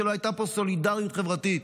כשלא הייתה סולידרית חברתית,